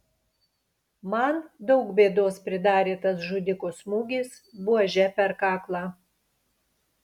man daug bėdos pridarė tas žudiko smūgis buože per kaklą